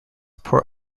port